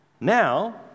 Now